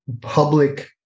public